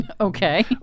Okay